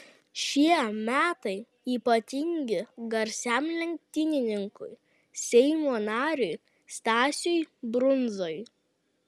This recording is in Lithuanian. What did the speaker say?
šie metai ypatingi garsiam lenktynininkui seimo nariui stasiui brundzai